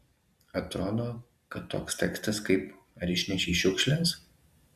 atrodo kad toks tekstas kaip ar išnešei šiukšles